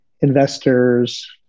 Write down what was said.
investors